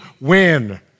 win